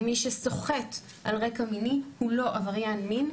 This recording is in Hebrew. ומי שסוחט על רקע מיני הוא לא עבריין מין,